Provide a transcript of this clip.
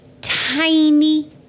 tiny